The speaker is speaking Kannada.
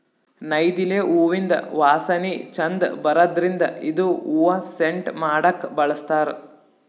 ನೈದಿಲೆ ಹೂವಿಂದ್ ವಾಸನಿ ಛಂದ್ ಬರದ್ರಿನ್ದ್ ಇದು ಹೂವಾ ಸೆಂಟ್ ಮಾಡಕ್ಕ್ ಬಳಸ್ತಾರ್